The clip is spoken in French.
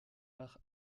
part